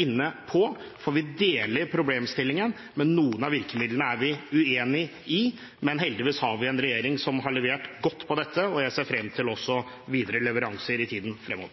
inne på, for vi deler problemstillingen, men noen av virkemidlene er vi uenig i. Heldigvis har vi en regjering som har levert godt på dette, og jeg ser frem til også videre leveranser i tiden fremover.